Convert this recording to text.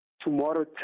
tomorrow